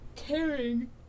caring